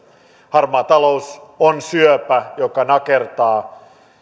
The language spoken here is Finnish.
harmaa talous on syöpä joka nakertaa